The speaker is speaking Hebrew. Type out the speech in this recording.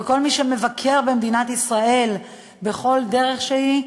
וכל מי שמבקר במדינת ישראל בכל דרך שהיא,